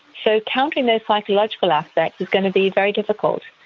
so countering those physiological aspects is going to be very difficult,